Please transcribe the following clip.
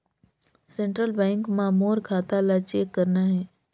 Central bank मां मोर खाता ला चेक करना हे?